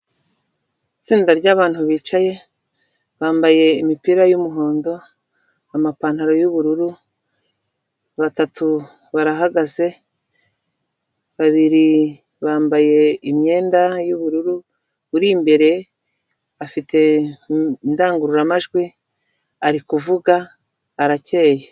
Itsinda ry'abantu bicaye, bambaye imipira y'umuhondo, amapantaro y'ubururu, batatu barahagaze, babiri bambaye imyenda y'ubururu, uri imbere afite indangururamajwi, ari kuvuga, aracyeye.